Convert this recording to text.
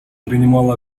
принимала